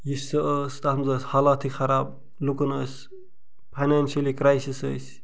یہِ سُہ ٲس تتھ منٛز ٲس حالاتھٕے خراب لُکَن ٲس فینانشلی کرایٚسِز ٲسۍ